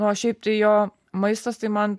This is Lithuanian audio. o šiaip tai jo maistas tai man